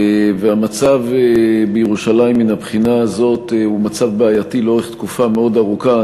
והמצב בירושלים מן הבחינה הזאת הוא מצב בעייתי לאורך תקופה מאוד ארוכה.